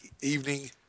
evening